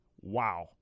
wow